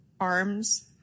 arms